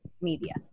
media